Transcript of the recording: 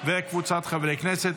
ותוסר מסדר-היום.